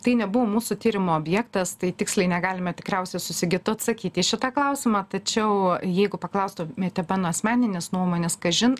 tai nebuvo mūsų tyrimo objektas tai tiksliai negalime tikriausiai su sigitu atsakyt į šitą klausimą tačiau jeigu paklaustumėte mano asmeninės nuomonės kažin